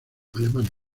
alemania